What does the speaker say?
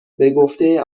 بگفته